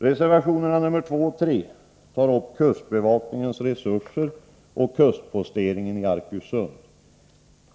Reservationerna nr 2 och 3 tar upp kustbevakningens resurser och kustposteringen i Arkösund.